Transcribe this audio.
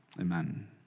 amen